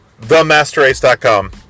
TheMasterAce.com